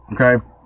Okay